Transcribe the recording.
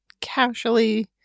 casually